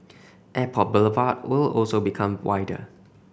Airport Boulevard will also become wider